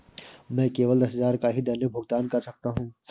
मैं केवल दस हजार का ही दैनिक भुगतान कर सकता हूँ